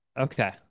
Okay